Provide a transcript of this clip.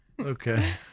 Okay